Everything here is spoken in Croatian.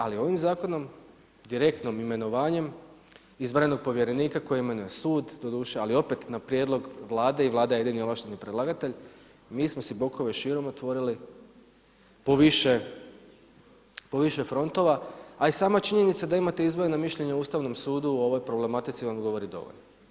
Ali ovim Zakonom direktnim imenovanje izvanrednog povjerenika koji imenuje sud, doduše, ali opet na prijedlog Vlade i Vlada je jedini ovlašteni predlagatelj, mi smo si bokove širom otvorili po više frontova, a i sama činjenica da imate izdvojeno mišljenje Ustavnog suda o ovoj problematici vam govori dovoljno.